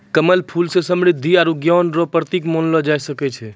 कमल फूल के समृद्धि आरु ज्ञान रो प्रतिक मानलो जाय छै